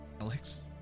Alex